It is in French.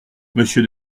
monsieur